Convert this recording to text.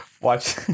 Watch